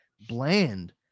bland